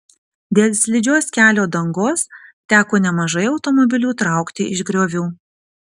dėl slidžios kelio dangos teko nemažai automobilių traukti iš griovių